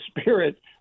Spirit